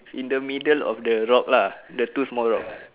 in the middle of the rock lah the two small rock